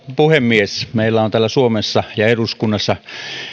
puhemies meillä on täällä suomessa ja eduskunnassa